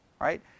Right